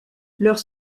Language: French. leurs